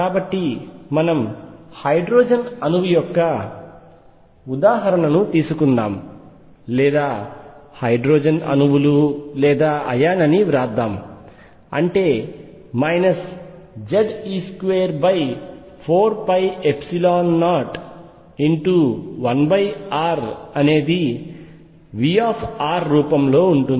కాబట్టి మనం హైడ్రోజన్ అణువు యొక్క ఉదాహరణను తీసుకుందాం లేదా హైడ్రోజన్ అణువులు లేదా అయాన్ అని వ్రాద్దాం అంటే Ze24π01r అనేది V రూపంలో ఉంటుంది